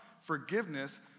forgiveness